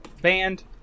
Banned